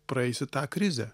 praeisi tą krizę